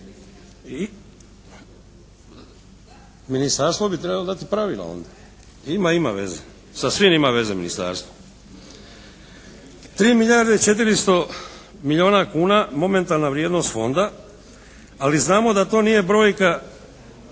Ministarstvo bi trebalo dati pravila onda. …/Upadica se ne čuje./… Ima, ima veze. Sa svim ima veze ministarstvo. 3 milijarde i 400 milijuna kuna momentalna vrijednost fonda, ali znamo da to nije brojka